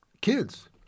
kids